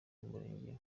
umurenge